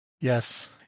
Yes